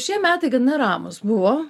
šie metai gana ramūs buvo